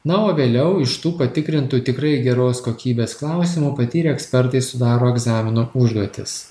na o vėliau iš tų patikrintų tikrai geros kokybės klausimų patyrę ekspertai sudaro egzamino užduotis